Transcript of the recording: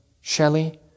Shelley